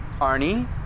Arnie